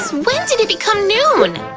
when did it become noon!